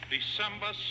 December